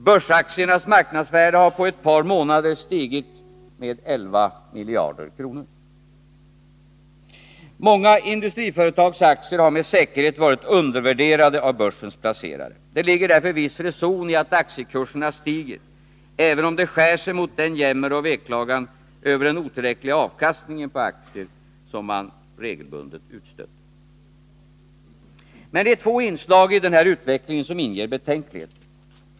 Börsaktiernas marknadsvärde har på ett par månader stigit med 11 miljarder kronor. Många industriföretags aktier har med säkerhet varit undervärderade av börsens placerare. Det ligger därför viss reson i att aktiekurserna stiger, även om det skär sig mot den jämmer och veklagan över den otillräckliga avkastningen på aktier som man regelbundet utstöter. Men det är två inslag i den här utvecklingen som inger betänkligheter.